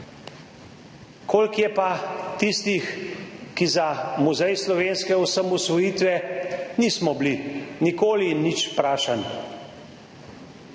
Koliko je pa tistih, ki za muzej slovenske osamosvojitve nismo bili nikoli nič vprašani?